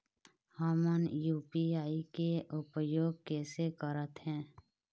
हमन यू.पी.आई के उपयोग कैसे करथें?